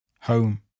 Home